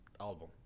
album